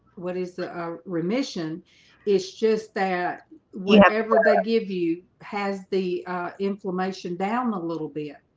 what is the remission it's just that whenever they give you has the inflammation down a little bit.